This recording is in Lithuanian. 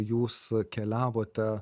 jūs keliavote